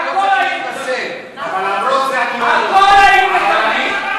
אל תתנשא כי היית לוחם בצבא.